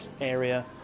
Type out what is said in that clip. area